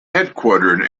headquartered